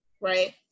right